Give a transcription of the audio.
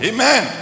Amen